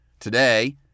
Today